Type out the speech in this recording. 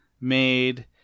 made